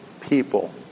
people